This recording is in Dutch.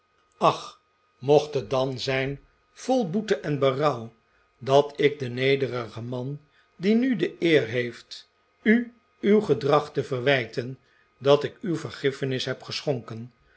ach mocht het dan zijn vol boete en berouw dat ik de nederige man die nu de eer heeft u uw gedrag te verwijten dat ik u vergiffenis heb geschonken